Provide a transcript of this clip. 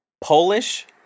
Polish